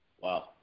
Wow